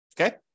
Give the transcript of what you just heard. Okay